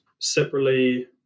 separately